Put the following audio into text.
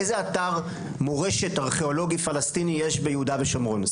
איזה אתר מורשת ארכיאולוגי פלסטיני יש ביהודה ושומרון,